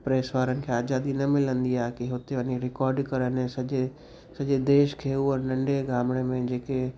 press वारनि खे आज़ादी न मिलंदी आहे की हुते वञी रिकॉर्ड करनि सॼे सॼे देश खे उहा नंढे गामणे में जेके